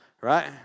right